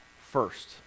first